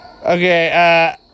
Okay